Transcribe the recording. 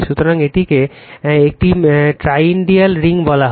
সুতরাং এটিকে একটি টরইডাল রিং বলা হয়